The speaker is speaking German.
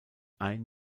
ein